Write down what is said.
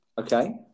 Okay